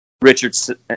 Richardson